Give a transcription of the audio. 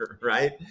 right